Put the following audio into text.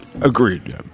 Agreed